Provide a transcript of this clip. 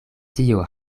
tio